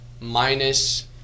minus